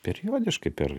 periodiškai per